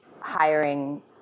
hiring